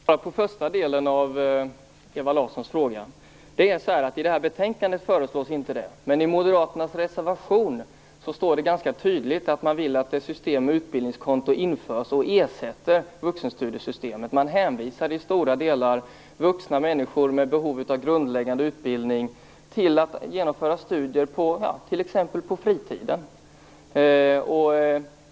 Herr talman! Jag börjar med första delen av Ewa Larssons fråga. Det här är inte något som föreslås i betänkandet, men i Moderaternas reservation står det ganska tydligt att man vill att ett system med utbildningskonto införs och ersätter vuxenstudiestödssystemet. Man hänvisar i stora delar vuxna människor med behov av grundläggande utbildning till att genomföra studier t.ex. på fritiden.